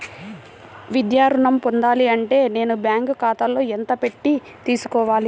విద్యా ఋణం పొందాలి అంటే నేను బ్యాంకు ఖాతాలో ఎంత పెట్టి తీసుకోవాలి?